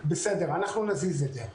בסדר, אנחנו נזיז את זה.